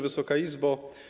Wysoka Izbo!